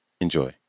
Enjoy